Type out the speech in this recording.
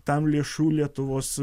tam lėšų lietuvos